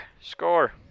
score